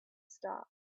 stopped